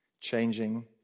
changing